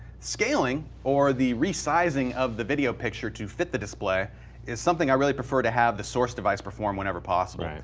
scaling or the resizing of the video picture to fit the display is something i really prefer to have the source device perform whenever possible. right.